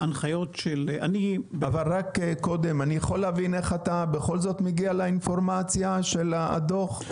אני יכול להבין איך אתה בכל זאת מגיע לאינפורמציה של הדוח?